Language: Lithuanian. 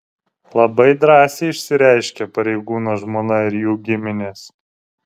labai drąsiai išsireiškė pareigūno žmona ir jų giminės